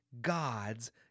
God's